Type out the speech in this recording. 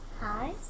Hi